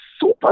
super